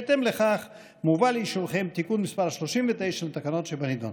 בהתאם לכך מובא לאישורכם תיקון מס' 39 לתקנות שבנדון.